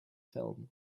film